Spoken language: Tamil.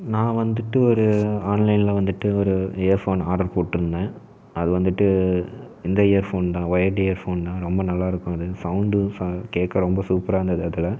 நான் வந்துவிட்டு ஒரு ஆன்லைனில் வந்துவிட்டு ஒரு ஏர்ஃபோன் ஆடர் போட்ருந்தேன் அது வந்துவிட்டு இந்த ஏர்ஃபோன் தான் ஒயர்ட் ஏர்ஃபோன் தான் ரொம்ப நல்லாயிருக்கும் அது சவுண்டும் ச கேட்க ரொம்ப சூப்பராக இருந்தது அதில்